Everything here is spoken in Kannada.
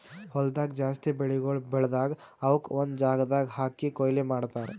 ಹೊಲ್ದಾಗ್ ಜಾಸ್ತಿ ಬೆಳಿಗೊಳ್ ಬೆಳದಾಗ್ ಅವುಕ್ ಒಂದು ಜಾಗದಾಗ್ ಹಾಕಿ ಕೊಯ್ಲಿ ಮಾಡ್ತಾರ್